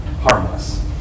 harmless